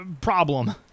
problem